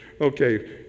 Okay